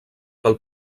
pel